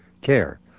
care